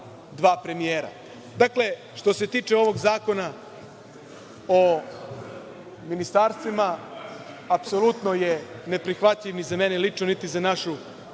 dva premijera. Dakle, što se tiče ovog zakona o ministarstvima, apsolutno je neprihvatljiv ni za mene lično, niti za našu